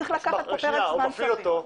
צריך לקחת פרק זמן סביר.